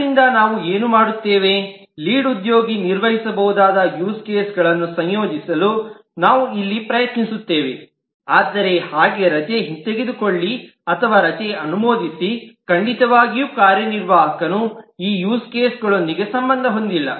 ಆದ್ದರಿಂದ ನಾವು ಏನು ಮಾಡುತ್ತೇವೆ ಲೀಡ್ ಉದ್ಯೋಗಿ ನಿರ್ವಹಿಸಬಹುದಾದ ಯೂಸ್ ಕೇಸ್ಗಳನ್ನು ಸಂಯೋಜಿಸಲು ನಾವು ಇಲ್ಲಿ ಪ್ರಯತ್ನಿಸುತ್ತೇವೆ ಆದರೆ ಹಾಗೆ ರಜೆ ಹಿಂತೆಗೆದುಕೊಳ್ಳಿ ಅಥವಾ ರಜೆ ಅನುಮೋದಿಸಿ ಖಂಡಿತವಾಗಿಯೂ ಕಾರ್ಯನಿರ್ವಾಹಕನು ಈ ಯೂಸ್ ಕೇಸ್ಗಳೊಂದಿಗೆ ಸಂಬಂಧ ಹೊಂದಿಲ್ಲ